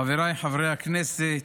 חבריי חברי הכנסת,